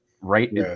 right